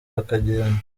bakagenda